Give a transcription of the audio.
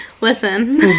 Listen